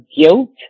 guilt